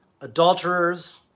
adulterers